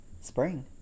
Spring